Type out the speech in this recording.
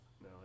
No